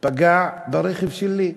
פגע ברכב שלי.